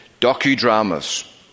docudramas